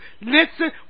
Listen